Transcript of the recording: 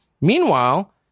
meanwhile